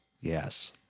Yes